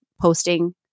posting